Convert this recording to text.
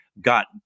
got